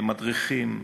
הם מדריכים,